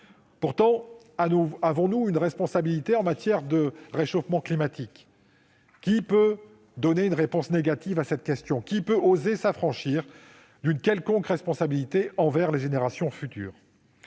Pourtant, avons-nous une responsabilité en matière de réchauffement climatique ? Qui, dans cet hémicycle, peut oser répondre par la négative à cette question ? Qui peut oser s'affranchir d'une quelconque responsabilité envers les générations futures ?